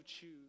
choose